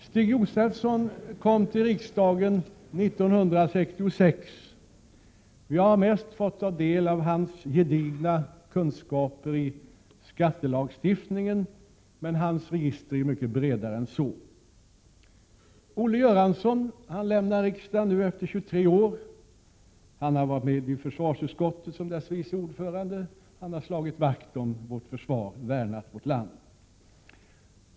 Stig Josefson kom till riksdagen 1966. Vi har mest fått ta del av hans gedigna kunskaper i skattelagstiftningen, men hans register är mycket bredare än så. Olle Göransson lämnar riksdagen nu efter 24 år. Han har varit med i försvarsutskottet som dess vice ordförande. Han har slagit vakt om vårt försvar, värnat vårt land.